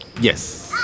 Yes